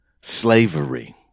slavery